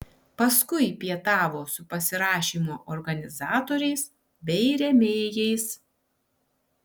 paskui pietavo su pasirašymo organizatoriais bei rėmėjais